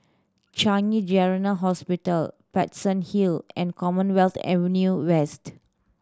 Changi General Hospital Paterson Hill and Commonwealth Avenue West